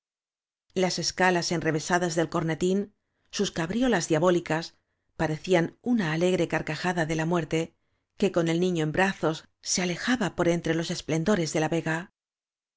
las escalas enrevesadas del cornetín sus cabriolas diabólicas parecían una alegre carcajada de la muerte que con el niño en brazos se alejaba por entre los explendores de la vega